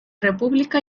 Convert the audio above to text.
república